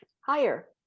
higher